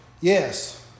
Yes